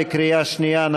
בקריאה שנייה.